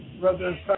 Brother